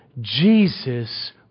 Jesus